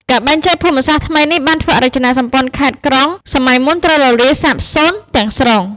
ការបែងចែកភូមិសាស្ត្រថ្មីនេះ បានធ្វើឱ្យរចនាសម្ព័ន្ធខេត្ត-ក្រុងសម័យមុនត្រូវរលាយសាបសូន្យទាំងស្រុង។